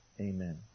amen